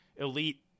elite